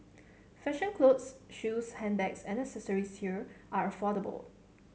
fashion clothes shoes handbags and accessories here are affordable